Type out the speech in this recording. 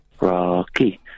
Rocky